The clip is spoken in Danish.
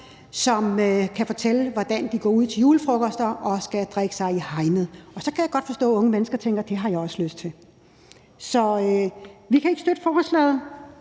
som kan fortælle, hvordan de går ud til julefrokoster og skal drikke sig i hegnet, og så kan jeg godt forstå, at unge mennesker tænker, at det har de også lyst til. Så vi kan ikke støtte forslaget.